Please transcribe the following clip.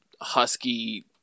husky